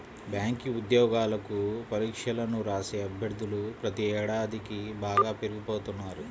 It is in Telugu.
బ్యాంకు ఉద్యోగాలకు పరీక్షలను రాసే అభ్యర్థులు ప్రతి ఏడాదికీ బాగా పెరిగిపోతున్నారు